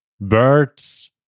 birds